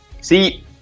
See